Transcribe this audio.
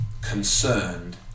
concerned